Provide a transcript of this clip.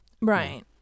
Right